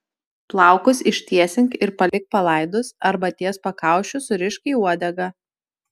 plaukus ištiesink ir palik palaidus arba ties pakaušiu surišk į uodegą